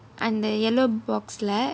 அந்த:antha yellow box leh